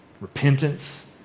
repentance